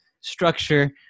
structure